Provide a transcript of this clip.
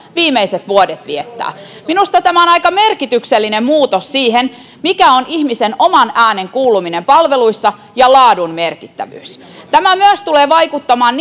viimeiset vuotensa viettää minusta tämä on aika merkityksellinen muutos siihen mikä on ihmisen oman äänen kuuluminen palveluissa ja laadun merkittävyys tämä myös tulee vaikuttamaan